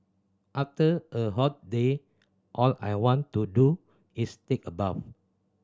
after a hot day all I want to do is take a bath